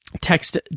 text